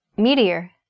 Meteor